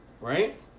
Right